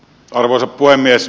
arvoisa puhemies